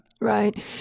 Right